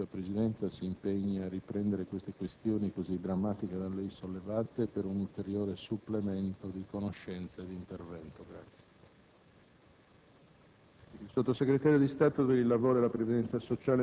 meritevole di ulteriori attenzioni e provvedimenti. La Presidenza, pertanto, si impegna a riprendere le questioni così drammatiche da lei sollevate per ottenere un ulteriore supplemento di conoscenze e di intervento. RAME